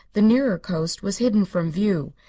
the nearer coast was hidden from view,